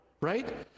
right